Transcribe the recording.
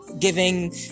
giving